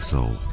Soul